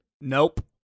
Nope